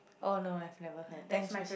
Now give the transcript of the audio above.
oh no I've never heard thanks